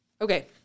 okay